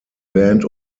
band